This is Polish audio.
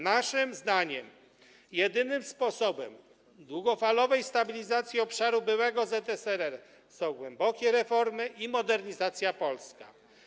Naszym zdaniem jedynym sposobem długofalowej stabilizacji obszaru byłego ZSRR są głębokie reformy i modernizacja polska.